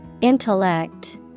Intellect